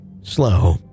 slow